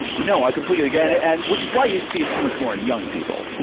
no, i completely get it, and which is why you see it so much more in young people.